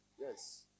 Yes